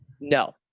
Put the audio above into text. No